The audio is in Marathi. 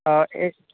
एक